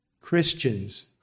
Christians